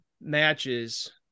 matches